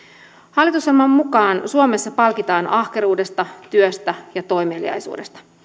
hallitusohjelman mukaan suomessa palkitaan ahkeruudesta työstä ja toimeliaisuudesta